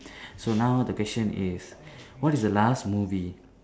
so now the question is what is the last movie